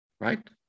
right